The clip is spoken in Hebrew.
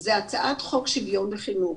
זה הצעת חוק שוויון בחינוך,